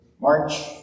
March